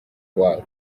wawe